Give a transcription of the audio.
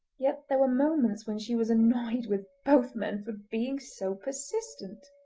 yet there were moments when she was annoyed with both men for being so persistent.